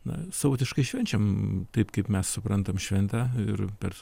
na savotiškai švenčiam taip kaip mes suprantam šventę ir per